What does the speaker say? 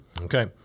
okay